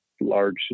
large